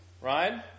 Ryan